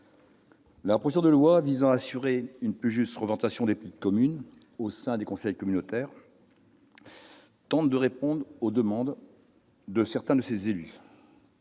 la proposition de loi visant à assurer une plus juste représentation des petites communes au sein des conseils communautaires tend à répondre aux demandes de certains de ces élus